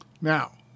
Now